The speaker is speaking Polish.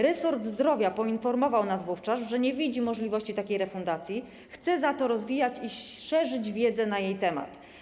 Resort zdrowia poinformował nas wówczas, że nie widzi możliwości takiej refundacji, chce za to rozwijać i szerzyć wiedzę na ten temat.